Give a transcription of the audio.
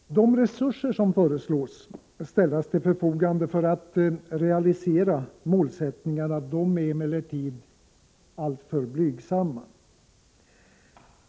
De resurser som föreslås ställas till förfogande för att realisera målsättningarna är emellertid alltför blygsamma.